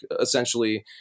essentially